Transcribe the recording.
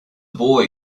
boy